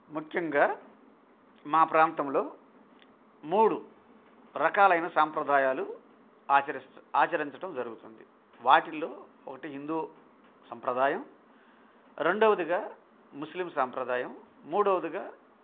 ముఖ్యంగా మా ప్రాంతంలో మూడు రకాలైన సాంప్రదాయాలు ఆచరించటం జరుగుతుంది వాటిలో ఒకటి హిందూ సంప్రదాయం రెండవదిగా ముస్లిం సాంప్రదాయం మూడవదిగా